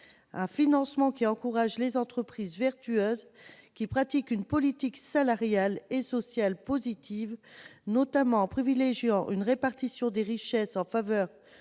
visant à encourager les entreprises vertueuses qui pratiquent une politique salariale et sociale positive, notamment en privilégiant une répartition des richesses favorable